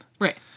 right